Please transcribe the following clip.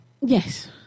Yes